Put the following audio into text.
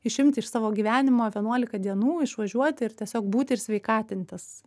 išimti iš savo gyvenimo vienuolika dienų išvažiuoti ir tiesiog būti ir sveikatintis